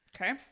Okay